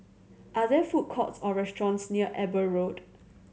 are there food courts or restaurants near Eber Road